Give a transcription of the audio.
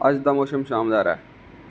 अज्जै दा मौसम शानदार ऐ